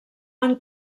han